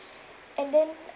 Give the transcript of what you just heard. and then